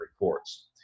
reports